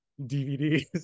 DVDs